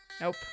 Nope